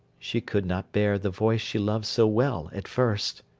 she could not bear the voice she loved so well, at first.